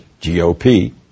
GOP